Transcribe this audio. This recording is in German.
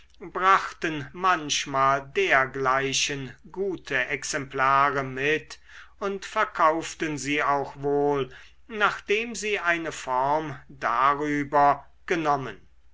brachten manchmal dergleichen gute exemplare mit und verkauften sie auch wohl nachdem sie eine form darüber genommen